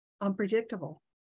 unpredictable